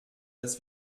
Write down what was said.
dass